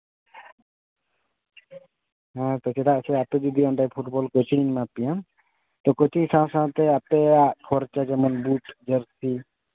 ᱦᱮᱸ ᱛᱚ ᱪᱮᱫᱟᱜ ᱥᱮ ᱟᱯᱮ ᱡᱩᱫᱤ ᱚᱸᱰᱮ ᱯᱷᱩᱴᱵᱚᱞ ᱠᱳᱪᱤᱝᱤᱧ ᱮᱢᱟᱯᱮᱭᱟ ᱛᱚ ᱠᱳᱪᱤᱝ ᱥᱟᱶᱼᱥᱟᱶᱛᱮ ᱟᱯᱮᱭᱟᱜ ᱠᱷᱚᱨᱪᱟ ᱡᱮᱢᱚᱱ ᱵᱩᱴ ᱡᱟᱨᱥᱤ